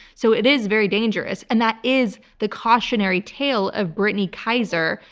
so it is very dangerous, and that is the cautionary tale of brittany kaiser,